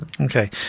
okay